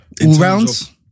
All-rounds